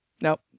nope